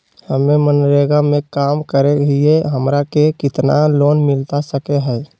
हमे मनरेगा में काम करे हियई, हमरा के कितना लोन मिलता सके हई?